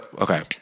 okay